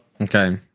Okay